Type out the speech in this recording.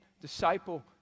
disciple